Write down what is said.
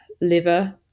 liver